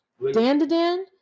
Dandadan